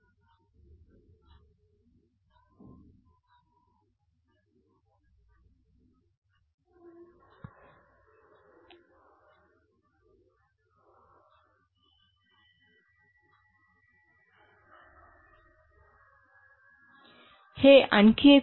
हे आणखी एक उदाहरण आहे